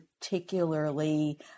particularly